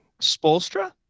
Spolstra